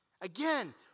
Again